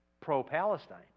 pro-Palestine